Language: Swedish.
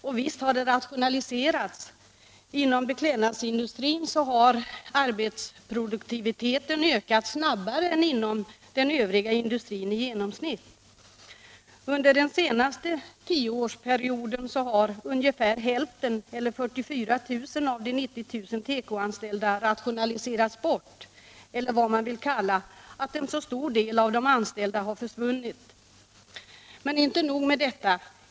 Och visst har det rationaliserats inom beklädnadsindustrin. Arbetsproduktiviteten har här ökat snabbare än inom den övriga industrin i genomsnitt. Under den senaste tioårsperioden har ungefär hälften, eller 44 000 av de 90 000 tekoanställda rationaliserats bort eller vad man vill kalla att en så stor del försvunnit. Men inte nog med detta.